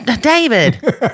David